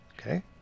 Okay